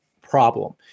problem